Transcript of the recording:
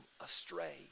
astray